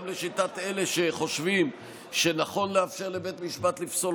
גם לשיטת אלה שחושבים שנכון לאפשר לבית משפט לפסול